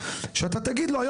שאתה תגיד לו,